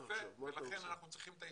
יפה, לכן אנחנו צריכים את ההסתדרות,